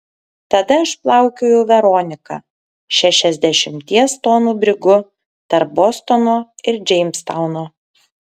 tada aš plaukiojau veronika šešiasdešimties tonų brigu tarp bostono ir džeimstauno